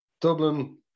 Dublin